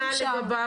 ומה עם התלונה לגביו?